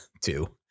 two